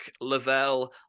Lavelle